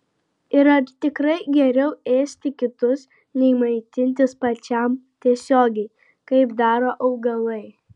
ir ar tikrai geriau ėsti kitus nei maitintis pačiam tiesiogiai kaip daro augalai